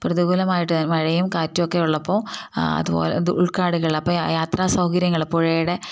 പ്രതികൂലമായിട്ട് മഴയും കാറ്റൊക്കെ ഉള്ളപ്പോൾ അതുപോലെ ഉൾക്കാടുകളിൽ അപ്പം യാത്രാ സൗകര്യങ്ങൾ പുഴയുടെ